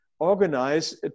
organize